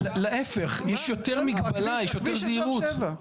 להיפך, יש יותר מגבלה, יש יותר זהירות.